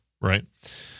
right